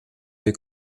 des